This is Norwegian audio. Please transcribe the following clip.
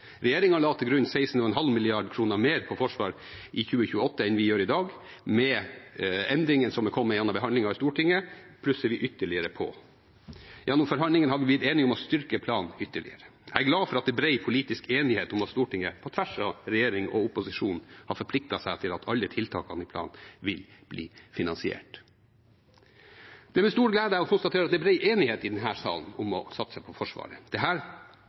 la til grunn 16,5 mrd. kr mer til Forsvaret i 2028 enn vi gjør i dag. Med endringene som har kommet gjennom behandlingen i Stortinget, plusser vi ytterligere på. Gjennom forhandlingene har vi blitt enige om å styrke planen ytterligere. Jeg er glad for at det er bred politisk enighet i Stortinget på tvers, og at regjering og opposisjon har forpliktet seg til at alle tiltakene i planen vil bli finansiert. Det er med stor glede jeg kan konstatere at det er bred enighet i denne sal om å satse på Forsvaret.